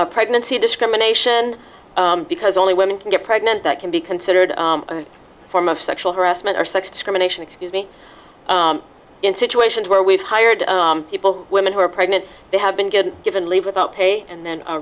hearing pregnancy discrimination because only women can get pregnant that can be considered a form of sexual harassment or sex discrimination excuse me in situations where we've hired people women who are pregnant they have been given given leave without pay and then